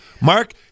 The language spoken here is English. Mark